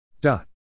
Dot